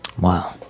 Wow